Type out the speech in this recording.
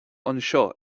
anseo